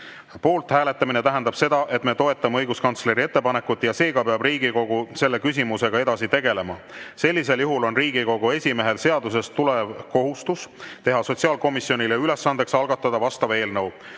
Poolt hääletamine tähendab seda, et me toetame õiguskantsleri ettepanekut ja seega peab Riigikogu selle küsimusega edasi tegelema. Sellisel juhul on Riigikogu esimehel seadusest tulenev kohustus teha sotsiaalkomisjonile ülesandeks algatada vastav eelnõu.